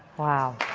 wow.